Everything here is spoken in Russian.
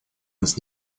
нас